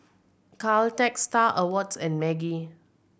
Caltex Star Awards and Maggi